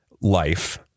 life